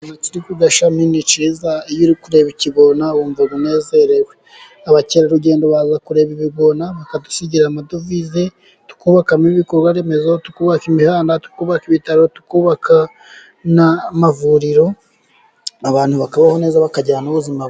Kiri ku gashami ni cyiza, iyo uri kureba ikikona wumva unezerewe, abakerarugendo baza kureba ibikona bakadusigira amadovize, tukubakamo ibikorwa remezo, tukubakakaimihanda, tukubaka ibitaro, tukubaka amavuriro, abantu bakabaho neza bakagira n'ubuzima bwiza.